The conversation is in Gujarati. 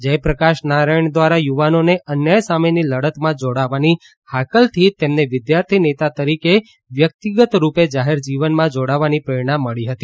જયપ્રકાશ નારાયણ દ્વારા યુવાનોને અન્યાય સામેની લડતમાં જોડાવાની હાકલથી તેમને વિદ્યાર્થી નેતા તરીકે વ્યક્તિગત રૂપે જાહેર જીવનમાં જોડાવાની પ્રેરણા મળી હતી